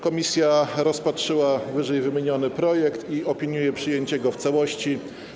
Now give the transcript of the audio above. Komisja rozpatrzyła ww. projekt i opiniuje przyjęcie go w całości.